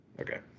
Okay